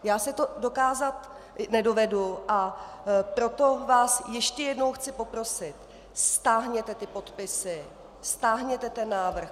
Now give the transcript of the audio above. Já si to představit nedovedu, a proto vás ještě jednou chci poprosit, stáhněte ty podpisy, stáhněte ten návrh.